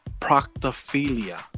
proctophilia